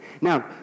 Now